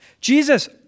Jesus